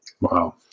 Wow